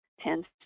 tends